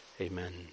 Amen